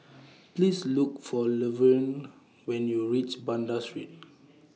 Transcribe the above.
Please Look For Luverne when YOU REACH Banda Street